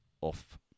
off